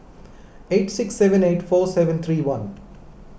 eight six seven eight four seven three one